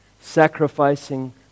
Sacrificing